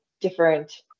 different